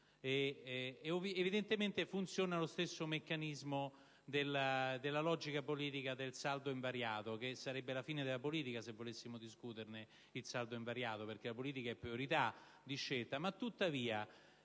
Evidentemente funziona il medesimo meccanismo della logica politica del saldo invariato, che sarebbe la fine della politica, se volessimo discuterne, perché la politica è priorità di scelta.